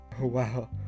wow